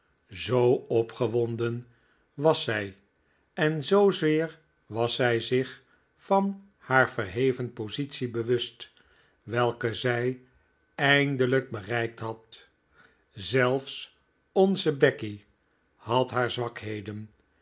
zoo opgewonden was zij en zoozeer was zij zich van haar verheven positie bewust welke zij eindelijk bereikt had zelfs onze becky had haar zwakheden